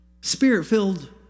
spirit-filled